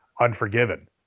unforgiven